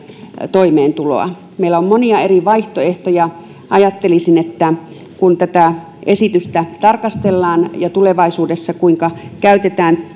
toimeentuloa meillä on monia eri vaihtoehtoja ajattelisin että kun tätä esitystä tarkastellaan ja sitä kuinka tulevaisuudessa käytetään